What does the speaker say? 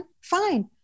Fine